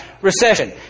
recession